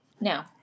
Now